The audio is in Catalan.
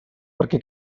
perquè